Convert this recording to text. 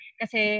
kasi